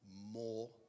more